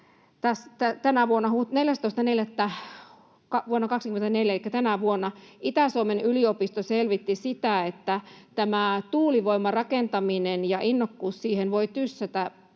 tänä vuonna, Itä-Suomen yliopisto selvitti sitä, että tämä tuulivoimarakentaminen ja innokkuus siihen voi tyssätä